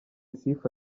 sifa